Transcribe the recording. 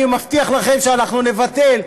אני מבטיח לכם שאנחנו נבטל.